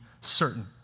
certain